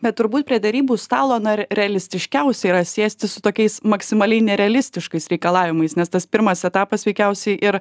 bet turbūt prie derybų stalo na re realistiškiausia yra sėsti su tokiais maksimaliai nerealistiškai reikalavimais nes tas pirmas etapas veikiausiai ir